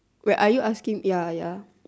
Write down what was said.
wait are you asking ya ya